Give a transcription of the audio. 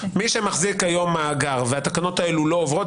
מי שמחזיק היום מאגר והתקנות האלו לא עוברות,